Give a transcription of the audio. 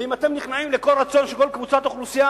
ואם אתם נכנעים לכל רצון של כל קבוצת אוכלוסייה,